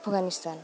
Afghanistan